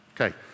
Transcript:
okay